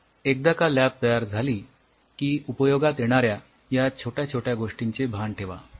तर एकदा का लॅब तयार झाली की उपयोगात येणाऱ्या या छोट्या छोट्या गोष्टींचे भान ठेवा